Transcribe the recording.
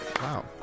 Wow